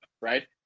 right